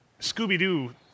Scooby-Doo